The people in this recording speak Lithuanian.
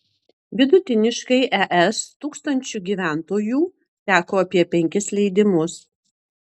vidutiniškai es tūkstančiu gyventojų teko apie penkis leidimus